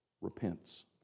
repents